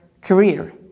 career